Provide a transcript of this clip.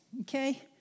okay